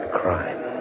crime